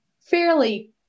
fairly